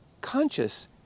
conscious